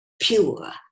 pure